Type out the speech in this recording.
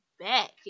back